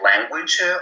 language